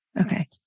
Okay